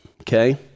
okay